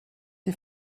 die